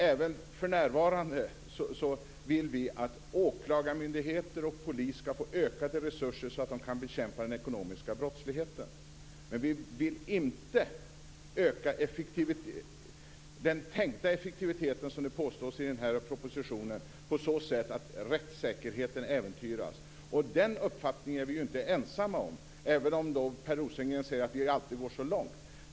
Även nu vill vi att åklagarmyndigheter och polis skall få ökade resurser så att de kan bekämpa den ekonomiska brottsligheten. Men vi vill inte öka den tänkta effektiviteten som påstås i den här propositionen så att rättssäkerheten äventyras. Den uppfattningen är vi inte ensamma om, även om Per Rosengren säger att vi alltid går så långt.